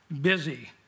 busy